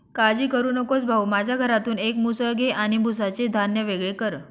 काळजी करू नकोस भाऊ, माझ्या घरातून एक मुसळ घे आणि भुसाचे धान्य वेगळे कर